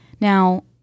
Now